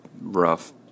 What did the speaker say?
rough